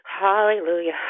hallelujah